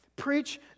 preach